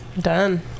done